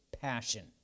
passion